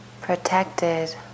protected